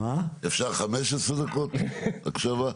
15 דקות הקשבה.